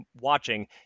watching